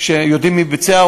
שיודעים מי ביצע,